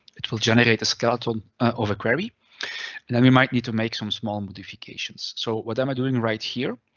it will generate a skeleton of a query. then we might need to make some small modifications. so what am i doing right here,